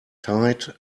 tight